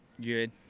Good